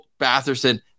Batherson